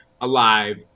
alive